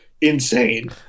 insane